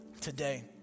today